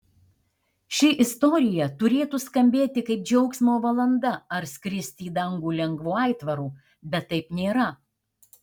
ši istorija turėtų skambėti kaip džiaugsmo valanda ar skristi į dangų lengvu aitvaru bet taip nėra